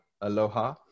Aloha